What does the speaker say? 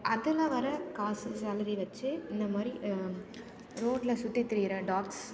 அதில் வர காசு சேலரி வச்சு இந்தமாதிரி ரோட்ல சுற்றி திரிகிற டாக்ஸ்